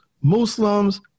Muslims